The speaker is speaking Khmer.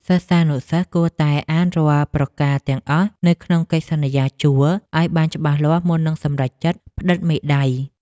សិស្សានុសិស្សគួរតែអានរាល់ប្រការទាំងអស់នៅក្នុងកិច្ចសន្យាជួលឱ្យបានច្បាស់លាស់មុននឹងសម្រេចចិត្តផ្តិតមេដៃ។